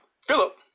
Philip